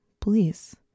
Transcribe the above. please